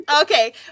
Okay